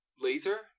laser